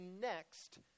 next